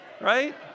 right